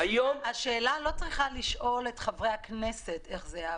השאלה לא צריכה לשאול את חברי הכנסת איך זה יעבוד.